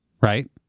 Right